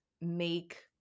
make